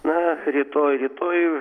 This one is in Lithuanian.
na rytoj rytoj